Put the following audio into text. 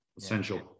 Essential